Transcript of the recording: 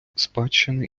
спадщини